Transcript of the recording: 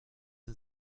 den